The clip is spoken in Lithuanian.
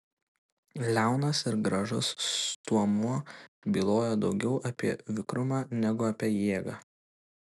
liaunas ir gražus stuomuo bylojo daugiau apie vikrumą negu apie jėgą